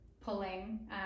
pulling